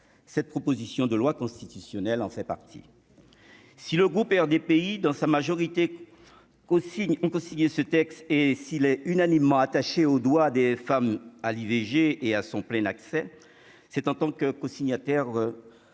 cette proposition de loi constitutionnelle en fait partie, si le groupe RDPI dans sa majorité, co-signe ont co-signé ce texte et s'il est unanimement attachée au droit des femmes à l'IVG et à son plein accès, c'est en tant que co-signataire